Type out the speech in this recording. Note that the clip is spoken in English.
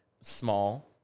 small